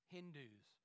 Hindus